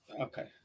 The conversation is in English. Okay